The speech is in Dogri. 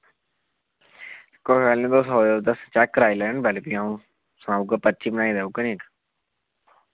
कोई गल्ल नी तुस ओयो दस चैक कराई लैयो नी पैह्ले फ्ही आऊं सनाउगा पर्ची बनाई देऊगा नी इक